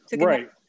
Right